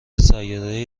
سیارههای